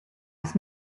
was